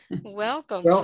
Welcome